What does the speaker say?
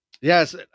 Yes